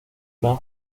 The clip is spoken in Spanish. gran